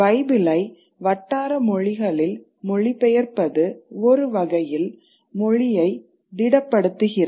பைபிளை வட்டாரமொழிகளில் மொழிபெயர்ப்பது ஒரு வகையில் மொழியை திடப்படுத்துகிறது